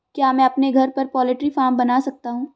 क्या मैं अपने घर पर पोल्ट्री फार्म बना सकता हूँ?